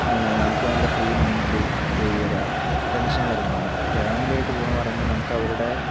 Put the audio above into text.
നമുക്ക് നല്ല ഫ്രീ മൈന്റില് പോയി വരാം ടെൻഷൻ കാര്യങ്ങളൊന്നും ഇല്ല അപ്പോൾ ഫാമിലി ആയിട്ട് പോവുകയാണെന്ന് പറയുമ്പോൾ നമുക്ക് അവരുടെ